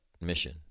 mission